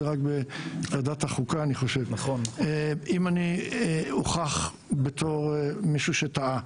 זה רק בוועדת החוקה אם יוכח שאני טועה,